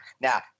Now